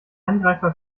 angreifer